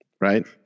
right